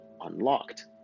unlocked